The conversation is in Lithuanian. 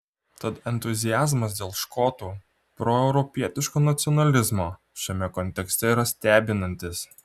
tad entuziazmas dėl škotų proeuropietiško nacionalizmo šiame kontekste yra stebinantis